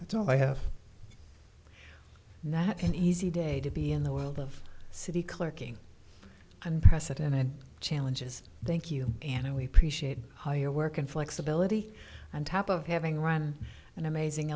that's all i have not an easy day to be in the world of city clerking unprecedented challenges thank you and we appreciate all your work and flexibility on top of having run an amazing